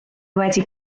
wedi